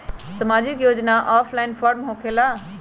समाजिक योजना offline form होकेला?